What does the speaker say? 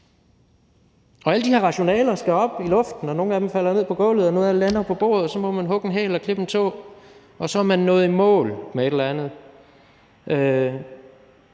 og alle de her rationaler skal kastes op i luften, og nogle af dem falder ned på gulvet, mens andre lander på bordet, og så må man hugge en hæl og klippe en tå, og så er man nået i mål med et eller andet,